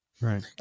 right